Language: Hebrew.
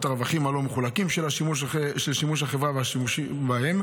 הרווחים הלא-מחולקים של החברה והשימוש בהם.